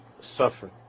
Suffer